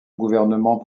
gouvernement